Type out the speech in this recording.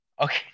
Okay